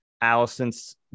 Allison's